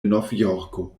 novjorko